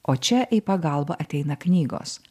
o čia į pagalbą ateina knygos